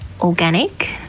organic